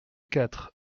quatre